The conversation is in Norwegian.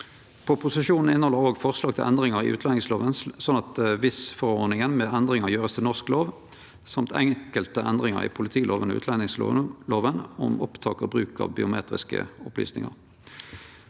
Proposisjonen inneheld også forslag til endringar i utlendingslova, slik at VIS-forordninga med endringar vert gjord til norsk lov, og enkelte endringar i politilova og utlendingslova om opptak og bruk av biometriske opplysningar.